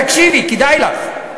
תקשיבי, כדאי לך.